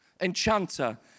enchanter